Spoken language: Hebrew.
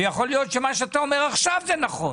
ויכול להיות שמה שאתה אומר עכשיו זה נכון,